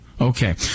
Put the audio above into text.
Okay